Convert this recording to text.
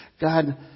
God